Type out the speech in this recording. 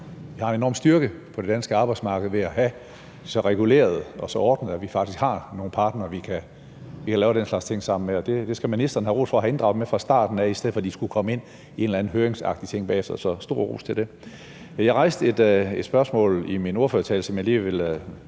vi har en enorm styrke på det danske arbejdsmarked ved at have så regulerede og ordnede forhold, at vi faktisk har nogle parter, vi kan lave den slags ting sammen med. Og ministeren skal have ros for at have inddraget dem fra starten, i stedet for at de skulle komme ind i en eller anden høringsfase bagefter. Så stor ros for det. Jeg stillede et spørgsmål i min ordførertale, som jeg lige vil